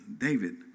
David